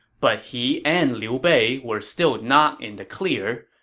but he and liu bei were still not in the clear,